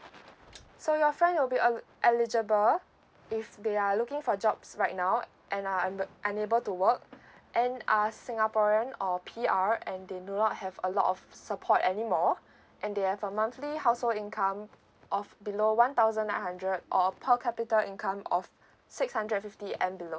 so your friend will be uh eligible if they are looking for jobs right now and uh are unable to work and a singaporean or P_R and they do not have a lot of support anymore and they have a monthly household income of below one thousand nine hundred or per capita income of six hundred fifty and below